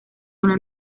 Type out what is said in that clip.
una